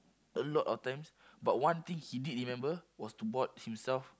a lot of times but one thing he did remember was to bought himself